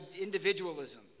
individualism